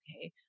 Okay